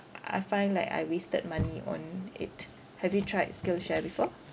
I find like I wasted money on it have you tried skillshare before